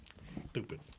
Stupid